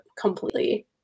completely